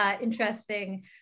interesting